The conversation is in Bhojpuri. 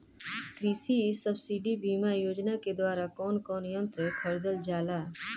कृषि सब्सिडी बीमा योजना के द्वारा कौन कौन यंत्र खरीदल जाला?